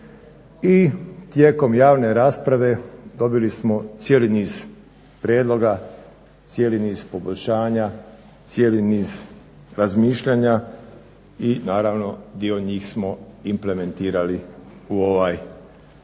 i tijekom javne rasprave dobili smo cijeli niz prijedloga, cijeli niz poboljšanja, cijeli niz razmišljanja i naravno dio njih smo implementirali u ovaj